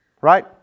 Right